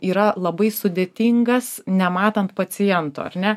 yra labai sudėtingas nematant paciento ar ne